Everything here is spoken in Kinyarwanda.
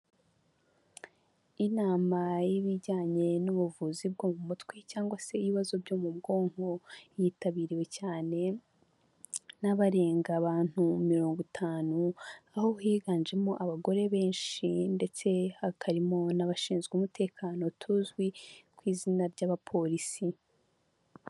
Inama y'ibijyanye n'ubuvuzi bwo mu mutwe cyangwa se ibibazo byo mu bwonko, yitabiriwe cyane n'abarenga abantu mirongo itanu, aho higanjemo abagore benshi ndetse hakarimo n'abashinzwe umutekano tuzwi ku izina ry'abapolisi.